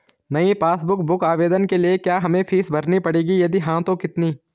नयी passbook book आवेदन के लिए क्या हमें फीस भरनी पड़ेगी यदि हाँ तो कितनी?